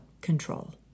control